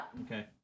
okay